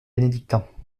bénédictins